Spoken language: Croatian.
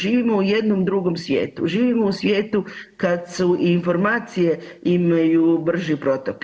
Živimo u jednom drugom svijetu, živimo u svijetu kad su informacije imaju brži protok.